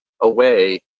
away